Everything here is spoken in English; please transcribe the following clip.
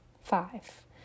five